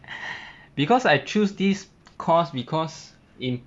because I choose this course because in